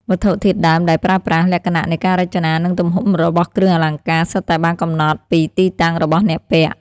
វត្ថុធាតុដើមដែលប្រើប្រាស់ លក្ខណៈនៃការរចនា និងទំហំរបស់គ្រឿងអលង្ការ សុទ្ធតែបានកំណត់ពីទីតាំងរបស់អ្នកពាក់។